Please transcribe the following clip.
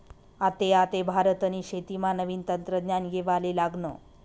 आते आते भारतनी शेतीमा नवीन तंत्रज्ञान येवाले लागनं